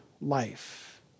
life